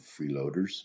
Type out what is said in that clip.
freeloaders